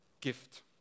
gift